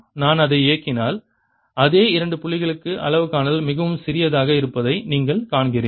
நான் அதை இயக்கினால் அதே இரண்டு புள்ளிகளுக்கு அளவு காணல் மிகவும் சிறியதாக இருப்பதை நீங்கள் காண்கிறீர்கள்